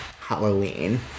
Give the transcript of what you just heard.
Halloween